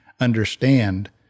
understand